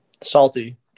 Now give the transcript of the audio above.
salty